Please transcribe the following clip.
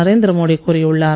நரேந்திரமோடி கூறியுள்ளார்